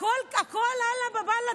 הכול עלא באב אללה?